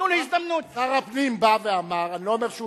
תנו לו הזדמנות.